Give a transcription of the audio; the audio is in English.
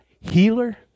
healer